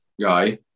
guy